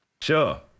Sure